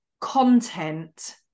content